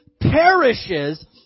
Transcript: perishes